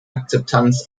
akzeptanz